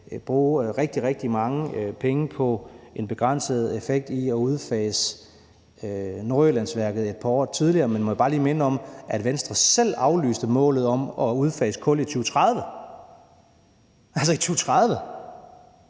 bruge rigtig, rigtig mange penge på en begrænset effekt ved at udfase Nordjyllandsværket et par år tidligere. Men må jeg bare lige minde om, at Venstre selv aflyste målet om at udfase kul i 2030 – altså i 2030!